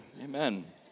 Amen